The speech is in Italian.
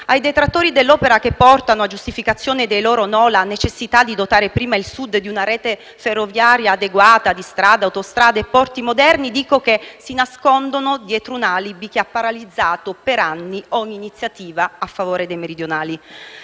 Ai detrattori dell'opera, che a giustificazione dei loro no portano la necessità di dotare prima il Sud di una rete ferroviaria adeguata e di strade, autostrade e porti moderni, dico che si nascondono dietro un alibi che ha paralizzato per anni ogni iniziativa a favore dei meridionali.